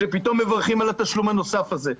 שפתאום מברכים על התשלום הנוסף הזה.